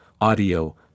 audio